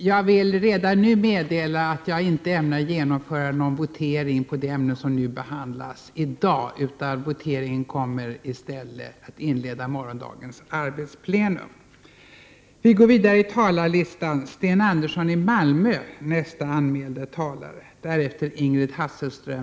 Jag vill redan nu meddela att jag inte ämnar genomföra en votering beträffande de ämnen som behandlas i dag. Voteringen kommer i stället att inleda morgondagens arbetsplenum.